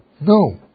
No